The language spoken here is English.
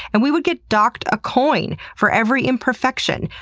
and we would get docked a coin for every imperfection.